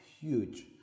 Huge